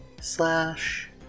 slash